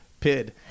pid